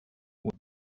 what